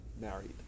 married